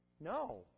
No